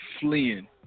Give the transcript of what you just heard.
fleeing